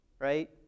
Right